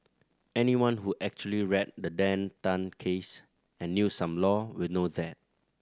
anyone who actually read the Dan Tan case and knew some law will know that